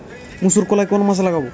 মুসুর কলাই কোন মাসে লাগাব?